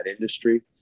industry